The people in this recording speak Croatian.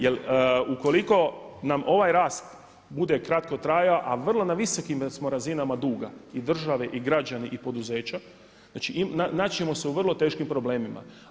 Jel ukoliko nam ovaj rast bude kratko trajao, a vrlo na visokim smo razinama duga i država i građani i poduzeća naći ćemo se u vrlo teškim problemima.